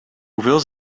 hoeveel